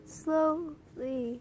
slowly